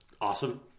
Awesome